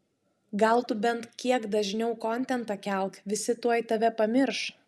gal tu bent kiek dažniau kontentą kelk visi tuoj tave pamirš